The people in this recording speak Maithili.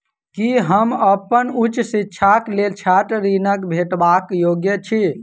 की हम अप्पन उच्च शिक्षाक लेल छात्र ऋणक भेटबाक योग्य छी?